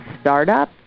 startup